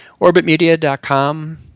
Orbitmedia.com